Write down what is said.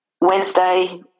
Wednesday